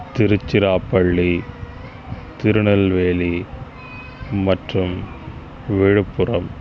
திருச்சிராப்பள்ளி திருநெல்வேலி மற்றும் விழுப்புரம்